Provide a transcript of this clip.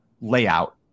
layout